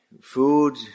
food